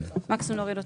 מקסימום נוריד אותה.